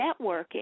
networking